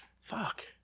fuck